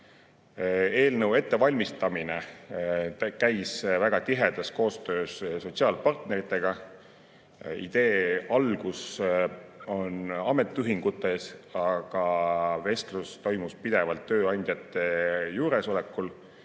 Eelnõu ettevalmistamine käis väga tihedas koostöös sotsiaalpartneritega. Idee algus on ametiühingutes, aga vestlus toimus pidevalt tööandjate juuresolekul,